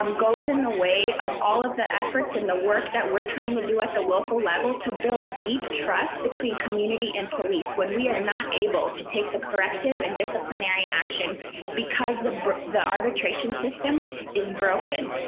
um goes in the way of all of the efforts in the work that we're trying to do at the local level to bill the trust between community and police when we're not able to take the corrective and disciplinary action because the the arbitration system is broken.